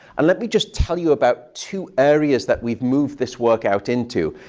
and let me just tell you about two areas that we've moved this work out into.